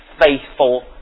faithful